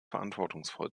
verantwortungsvoll